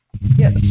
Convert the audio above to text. Yes